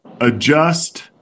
adjust